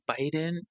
Biden